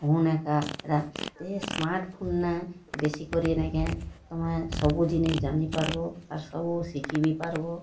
phone ଏକା ହେଟା ଏ ସ୍ମାର୍ଟ୍ ଫୋନ୍ ନେ ବେଶୀକରି ନେଇକେଁ ତମେ ସବୁ ଜିନିଷ୍ ଜାନି ପାର୍ବ ଆର୍ ସବୁ ଶିଖି ବି ପାର୍ବ